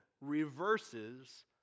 reverses